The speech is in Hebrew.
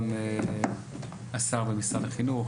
גם השר במשרד החינוך,